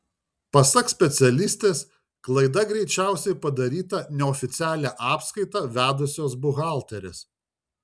pasak specialistės klaida greičiausiai padaryta neoficialią apskaitą vedusios buhalterės